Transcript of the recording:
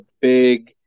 big